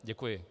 Děkuji.